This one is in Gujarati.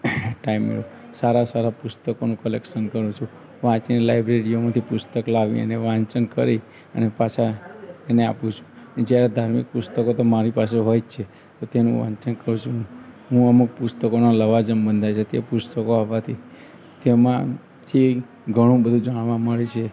ટાઈમ સારા સારા પુસ્તકોનું કલેક્શન કરું છું વાંચન લાઇબ્રેરીમાંથી પુસ્તક લાવી અને વાંચન કરી અને પાછાં એને આપું છું ને જ્યારે ધાર્મિક પુસ્તકો તો મારી પાસે હોય જ છે તો તેનું વાંચન કરું છું હું અમુક પુસ્તકોના લવાજમ બંધાવ્યાં છે તે પુસ્તકો આવવાથી તેમાંથી ઘણું બધું જાણવા મળે છે